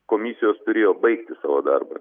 komisijos turėjo baigti savo darbą